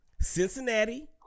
Cincinnati